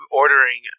ordering